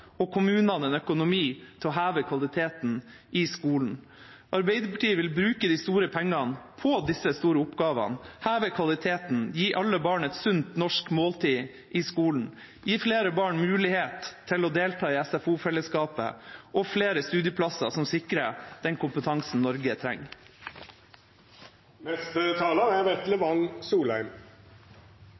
og kommunene en økonomi til å heve kvaliteten i skolen. Arbeiderpartiet vil bruke de store pengene på disse oppgavene: heve kvaliteten, gi alle barn et sunt, norsk måltid i skolen, gi flere barn mulighet til å delta i SFO-fellesskapet og sørge for flere studieplasser som sikrer den kompetansen Norge